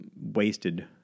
wasted